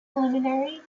preliminary